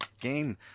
game